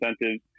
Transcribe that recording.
incentives